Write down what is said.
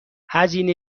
هزینه